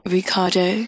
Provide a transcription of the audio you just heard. Ricardo